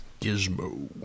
Gizmo